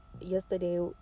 yesterday